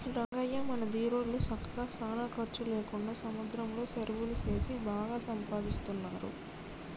రంగయ్య మన దీరోళ్ళు సక్కగా సానా ఖర్చు లేకుండా సముద్రంలో సెరువులు సేసి బాగా సంపాదిస్తున్నారు